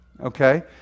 Okay